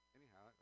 anyhow